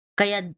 kaya